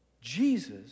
Jesus